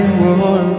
war